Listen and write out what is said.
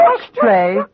ashtray